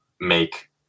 make